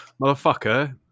motherfucker